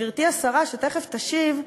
גברתי השרה, שתכף תשיב,